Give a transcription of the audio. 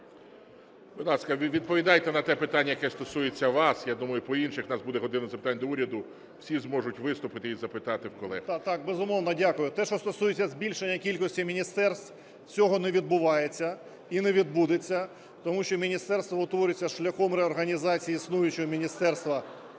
відповідайте на те питання, яке стосується вас. Я думаю, по інших у нас буде "година запитань до Уряду", всі зможуть виступити і запитати в колег. 13:46:17 ЧЕРНИШОВ О.М. Так, безумовно, дякую. Те, що стосується збільшення кількості міністерств, цього не відбувається і не відбудеться, тому що міністерство утворюється шляхом реорганізації існуючого Міністерства